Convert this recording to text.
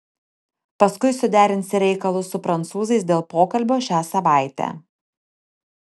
paskui suderinsi reikalus su prancūzais dėl pokalbio šią savaitę